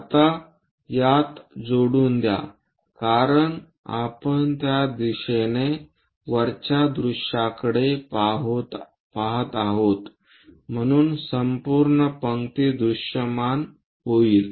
आता यात जोडून द्या कारण आपण त्या दिशेने वरच्या दृश्याकडे पहात आहोत म्हणून संपूर्ण पंक्ती दृश्यमान होईल